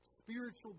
Spiritual